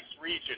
region